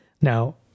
now